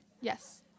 Yes